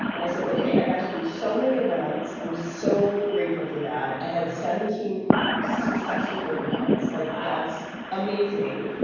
and i said, ok, i got to do so many events. i'm so grateful for that. i had seventeen successful book events like, wow, that's amazing.